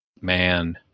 man